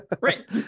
Right